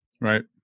Right